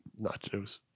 nachos